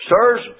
sirs